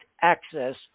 access